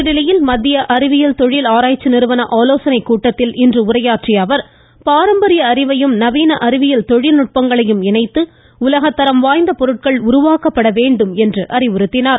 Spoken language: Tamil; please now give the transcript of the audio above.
புதுதில்லியில் மத்திய அறிவியல் தொழில் ஆராய்ச்சி நிறுவன ஆலோசனைக் கூட்டத்தில் இன்று உரையாற்றிய பிரதமா் பாரம்பரிய அறிவையும் நவீன அறிவியல் தொழில்நுட்பங்களையும் இணைத்து உலகத்தரம் வாய்ந்த பொருட்கள் உருவாக்கப்பட வேண்டும் என்று அறிவுறுத்தினார்